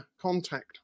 contact